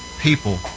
people